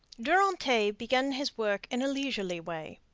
durantaye began his work in a leisurely way,